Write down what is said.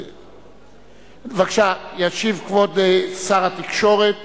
בבקשה, ישיב כבוד שר התקשורת